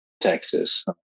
Texas